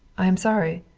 i am sorry.